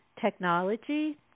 technology